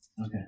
Okay